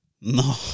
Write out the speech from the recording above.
No